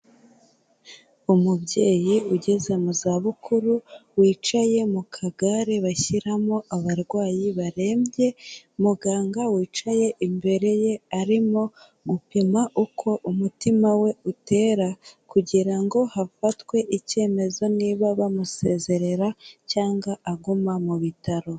Umubyeyi ugeze mu za bukuru wicaye mu kagare bashyiramo abarwayi barembye, muganga wicaye imbere ye arimo gupima uko umutima we utera kugira ngo hafatwe icyemezo niba bamusezerera cyangwa aguma mu bitaro.